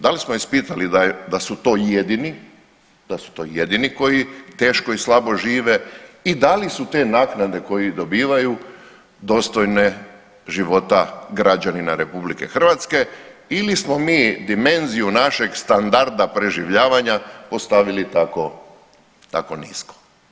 Da li smo ispitali da su to jedini, da su to jedini koji teško i slabo žive i da li su te naknade koje dobivaju dostojne života građanina RH ili smo mi dimenziju našeg standarda preživljavanja postavili tako nisko?